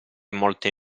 molte